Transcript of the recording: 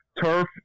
turf